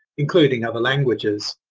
including other languages.